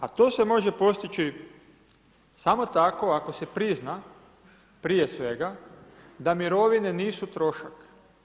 A to se može postići, samo tako ako se prizna, prije svega da mirovine nisu trošak.